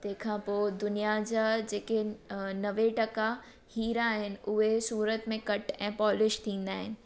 तंहिंखां पोइ दुनिया जा जेके नवे टका हीरा आहिनि उहे सूरत में कट ऐं पॉलिश थींदा आहिनि